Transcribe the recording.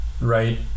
right